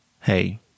Hey